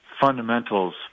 fundamentals